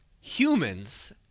humans